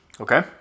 Okay